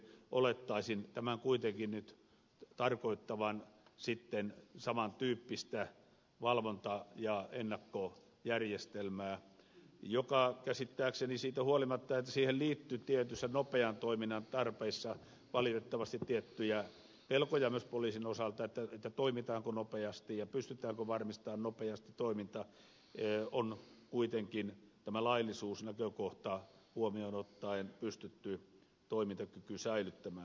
olettaisin tämän kuitenkin nyt tarkoittavan saman tyyppistä valvonta ja ennakkojärjestelmää jossa käsittääkseni siitä huolimatta että siihen liittyi tietyissä nopean toiminnan tarpeissa valitettavasti tiettyjä pelkoja myös poliisin osalta siitä toimitaanko nopeasti ja pystytäänkö varmistamaan toiminta nopeasti on kuitenkin tämä laillisuusnäkökohta huomioon ottaen pystytty toimintakyky säilyttämään